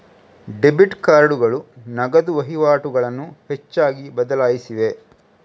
debit ಕಾರ್ಡುಗಳು ನಗದು ವಹಿವಾಟುಗಳನ್ನು ಹೆಚ್ಚಾಗಿ ಬದಲಾಯಿಸಿವೆ